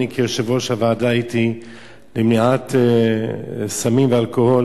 אני הייתי כיושב-ראש הוועדה למניעת סמים ואלכוהול